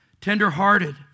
Tenderhearted